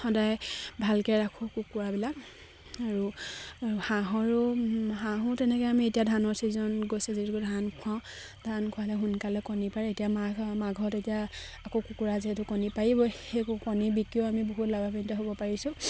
সদায় ভালকে ৰাখোঁ কুকুৰাবিলাক আৰু হাঁহৰো হাঁহো তেনেকে আমি এতিয়া ধানৰ চিজন গৈছে যিটো ধান খুৱাওঁ ধান খোৱালে সোনকালে কণী পাৰে এতিয়া মাঘ মাঘত এতিয়া আকৌ কুকুৰা যিহেতু কণী পাৰিব সেই কণী বিকিও আমি বহুত লাভাৱিত হ'ব পাৰিছোঁ